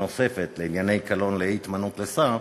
הנוספת, לענייני קלון לאי-התמנות לשר,